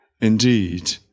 indeed